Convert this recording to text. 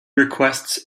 requests